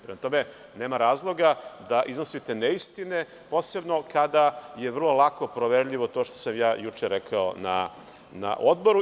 Prema tome, nema razloga da iznosite neistine, posebno kada je vrlo lako proverljivo to što sam ja juče rekao na odboru.